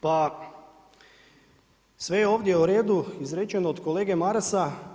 Pa sve je ovdje u redu izrečeno od kolege Marasa.